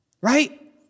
right